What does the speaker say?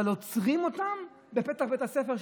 אבל עוצרים אותם בפתח בית הספר,